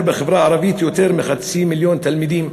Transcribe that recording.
בחברה הערבית יותר מחצי מיליון תלמידים.